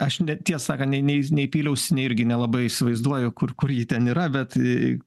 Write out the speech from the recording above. aš ne tiesą sakant nei neis nei pyliausi nei irgi nelabai įsivaizduoju kur kur ji ten yra bet